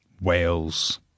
Wales